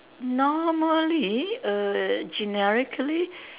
normally err generically